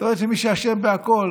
מסתבר שמי שאשם בכול